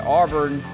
Auburn